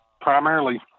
primarily